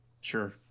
Sure